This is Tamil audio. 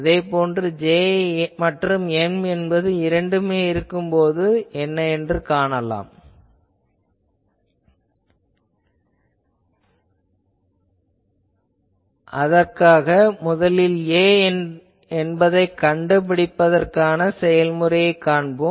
ஆகவே J மற்றும் M என்ற இரண்டுமே இருக்கும் போது முதலில் A என்பதைக் கண்டுபிடிப்பதற்கான செயல்முறையைக் காண்போம்